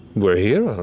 we're here,